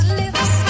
lips